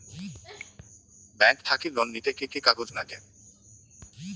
Bank থাকি loan নিতে কি কি কাগজ নাগে?